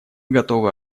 готовы